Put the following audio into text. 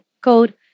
code